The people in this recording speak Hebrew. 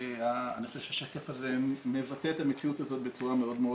אני חושב שהשקף הזה מבטא את המציאות הזו בצורה מאוד מאוד